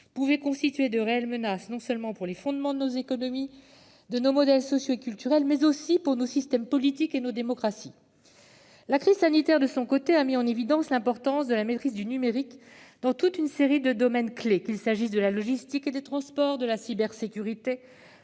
pouvaient constituer de réelles menaces, non seulement pour les fondements de nos économies et de nos modèles sociaux et culturels, mais aussi pour nos systèmes politiques et nos démocraties. La crise sanitaire, de son côté, a mis en évidence l'importance de la maîtrise du numérique dans toute une série de domaines clés, qu'il s'agisse de la logistique et des transports, de la cybersécurité